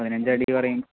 പതിനഞ്ചടി പറയ്